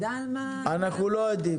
אנחנו לא יודעים.